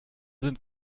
sind